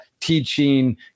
teaching